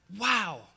Wow